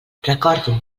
recordo